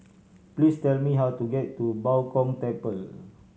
please tell me how to get to Bao Gong Temple